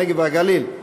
הנגב והגליל.